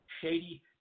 shady